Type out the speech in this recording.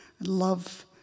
love